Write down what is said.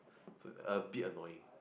so its a bit annoying